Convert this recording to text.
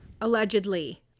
Allegedly